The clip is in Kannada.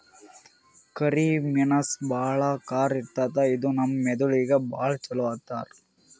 ಕರಿ ಮೆಣಸ್ ಭಾಳ್ ಖಾರ ಇರ್ತದ್ ಇದು ನಮ್ ಮೆದಳಿಗ್ ಭಾಳ್ ಛಲೋ ಅಂತಾರ್